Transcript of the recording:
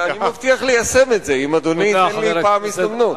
אני מבטיח ליישם את זה אם אדוני ייתן לי פעם הזדמנות.